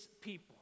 people